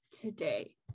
today